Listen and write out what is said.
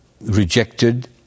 rejected